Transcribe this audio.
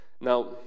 Now